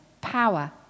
power